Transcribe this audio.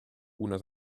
una